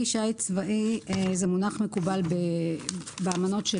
כלי שיט צבאי הוא מונח מקובל באמנות של